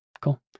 Cool